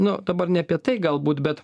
nu dabar ne apie tai galbūt bet